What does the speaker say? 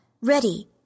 Ready